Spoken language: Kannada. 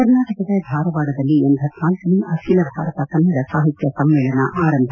ಕರ್ನಾಟಕದ ಧಾರವಾಡದಲ್ಲಿ ಲಳನೇ ಅಖಿಲ ಭಾರತ ಕನ್ನಡ ಸಾಹಿತ್ಯ ಸಮ್ಮೇಳನ ಆರಂಭ